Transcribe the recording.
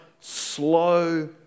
slow